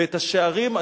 ואת השערים,